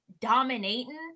dominating